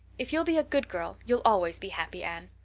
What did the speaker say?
if you'll be a good girl you'll always be happy, anne.